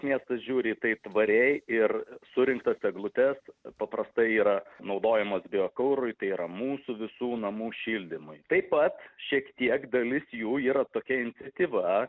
miestas žiūri į tai tvariai ir surinktas eglutes paprastai yra naudojamos biokurui tai yra mūsų visų namų šildymui taip pat šiek tiek dalis jų yra tokia iniciatyva